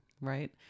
right